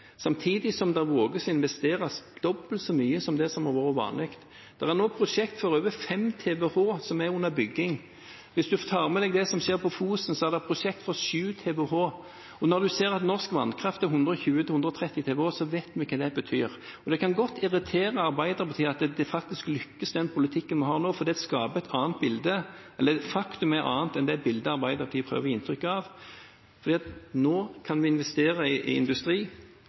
samtidig som man våger å investere dobbelt så mye som det har vært vanlig. Det er nå prosjekter for over 5 TWh under bygging. Hvis man tar med seg det som skjer på Fosen, er det prosjekter for 7 TWh. Når man ser at norsk vannkraft utgjør 120–130 TWh, vet vi hva det betyr. Det kan godt irritere Arbeiderpartiet at den politikken vi har nå, faktisk lykkes, for faktum er et annet enn det Arbeiderpartiet prøver å gi inntrykk av. Nå kan vi investere i industri, nå kan vi investere i